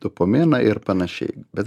dopaminą ir panašiai bet